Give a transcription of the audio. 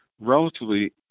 relatively